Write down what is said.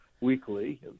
weekly